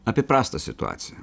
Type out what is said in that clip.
apie prastą situaciją